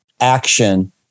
action